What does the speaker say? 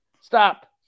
Stop